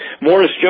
Morris